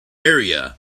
area